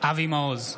אבי מעוז,